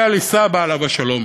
היה לי סבא, עליו השלום,